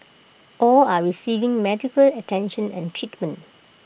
all are receiving medical attention and treatment